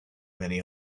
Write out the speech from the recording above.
many